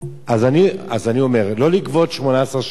אז אני אומר, לא לגבות 18 שקלים,